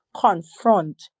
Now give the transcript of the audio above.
confront